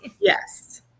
yes